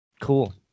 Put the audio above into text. Cool